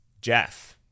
Jeff